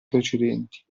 precedenti